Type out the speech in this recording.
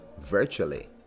virtually